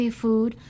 food